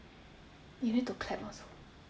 you need to clap also